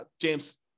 James